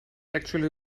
actually